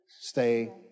stay